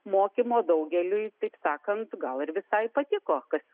mokymo daugeliui taip sakant gal ir visai patiko kas